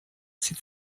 zieht